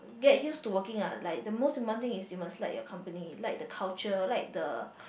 get used to working like the most important thing is you must like your company like the culture like the